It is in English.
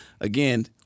again